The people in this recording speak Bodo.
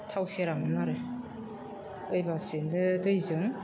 थाव सेरामोन आरो ओइबासेनो दैजों